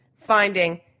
finding